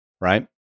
Right